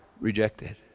rejected